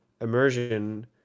immersion